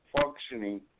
functioning